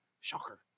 Shocker